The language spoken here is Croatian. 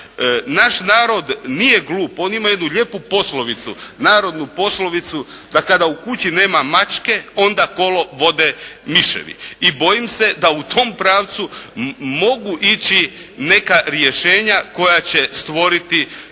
Naš narod nije glup. On ima jednu lijepu poslovicu, narodnu poslovicu da kada u kući nema mačke, onda kolo vode miševi. I bojim se da u tom pravcu mogu ići neka rješenja koja će stvoriti